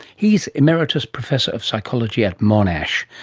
he's emeritus professor of psychology at monash.